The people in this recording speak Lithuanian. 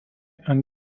ant